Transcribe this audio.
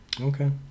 Okay